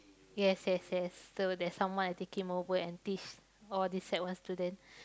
yes yes yes so there's someone taking over and teach all these sec one student